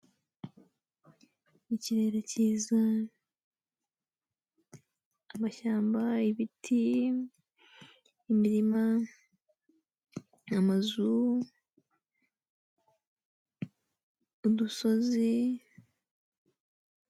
Ikirere kiza, amashyamba, ibiti, imirima, amazu, udusozi.